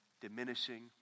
diminishing